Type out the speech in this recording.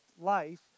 life